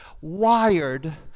wired